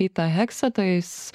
pitą heksetą jis